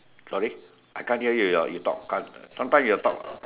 sorry I can't hear you your you talk sometime your talk